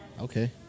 Okay